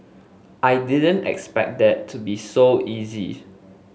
I didn't expect that to be so easy